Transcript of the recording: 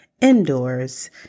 Indoors